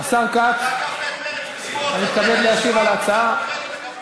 וחוששים שעכשיו זה יהיה: דיברתי לא יפה למישהו שעובד אתי אז כבר